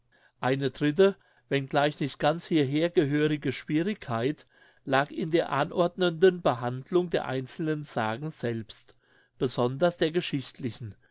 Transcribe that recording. eine dritte wenn gleich nicht ganz hierher gehörige schwierigkeit lag in der anordnenden behandlung der einzelnen sagen selbst besonders der geschichtlichen